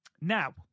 now